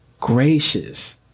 gracious